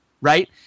right